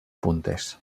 puntes